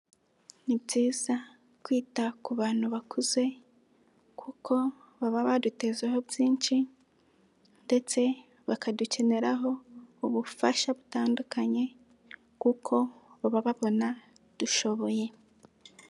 Ni byiza kwita ku bantu bakuze kuko baba badutezeho byinshi, ndetse bakadukeneraho ubufasha butandukanye kuko baba babona dushoboye.